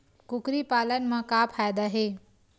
कुकरी पालन म का फ़ायदा हे?